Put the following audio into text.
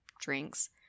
drinks